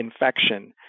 infection